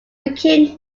became